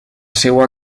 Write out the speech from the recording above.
seua